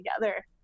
together